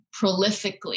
prolifically